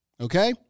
Okay